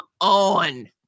on